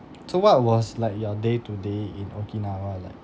so what was like your day to day in okinawa like